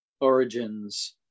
origins